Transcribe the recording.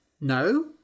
No